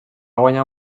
guanyar